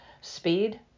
speed